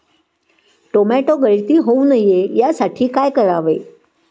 Tomato गळती होऊ नये यासाठी काय करावे?